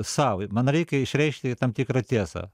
sau man reikia išreikšti tam tikrą tiesą